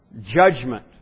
Judgment